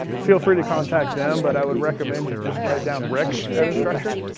feel free to contact them, but i would recommend you just write down rick at instructure.